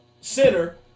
center